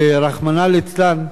ורחמנא ליצלן,